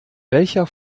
welcher